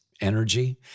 energy